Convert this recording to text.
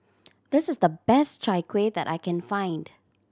this is the best Chai Kuih that I can find